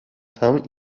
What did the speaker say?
tam